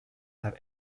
have